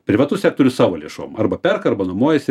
privatus sektorius savo lėšom arba perka arba nuomojasi